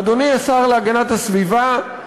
אדוני השר להגנת הסביבה,